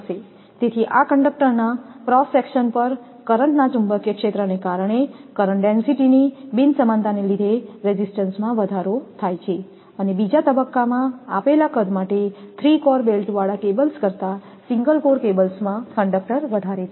તેથી આ કંડક્ટરના ક્રોસ સેક્શન ઉપર કરંટ ના ચુંબકીય ક્ષેત્રને કારણે કરંટ ડેન્સિટીની બિન સમાનતા ને લીધે રેઝિસ્ટન્સ માં વધારો થાય છે અને બીજા તબક્કામાં આપેલા કદ માટે થ્રી કોર બેલ્ટવાળા કેબલ્સ કરતા સિંગલ કોર કેબલ્સમાં કંડક્ટર વધારે છે